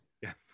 Yes